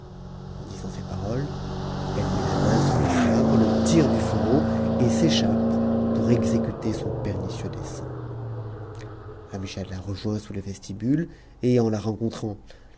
en disant ces paroles elle met la main sur le sabre le tire du fourreau et s'échappe pour exécuter son pernicieux dessein amgiad la rejoint sous le vestibule et en la rencontrant